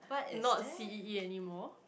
not C_E_E anymore